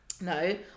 no